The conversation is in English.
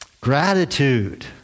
Gratitude